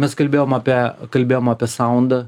mes kalbėjome apie kalbėjome apie saundą